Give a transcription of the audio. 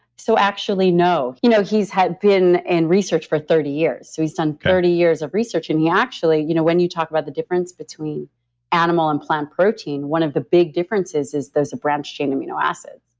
so, actually, no. you know he's had been in and research for thirty years. so, he's done thirty years of research and he actually. you know when you talk about the difference between animal and plant protein, one of the big differences is there's a branched-chain amino acids,